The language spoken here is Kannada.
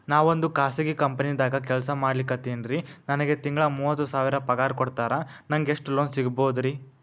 ನಾವೊಂದು ಖಾಸಗಿ ಕಂಪನಿದಾಗ ಕೆಲ್ಸ ಮಾಡ್ಲಿಕತ್ತಿನ್ರಿ, ನನಗೆ ತಿಂಗಳ ಮೂವತ್ತು ಸಾವಿರ ಪಗಾರ್ ಕೊಡ್ತಾರ, ನಂಗ್ ಎಷ್ಟು ಲೋನ್ ಸಿಗಬೋದ ರಿ?